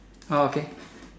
orh okay